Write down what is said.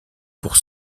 pour